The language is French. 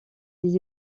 des